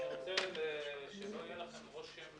שלא יהיה לכם רושם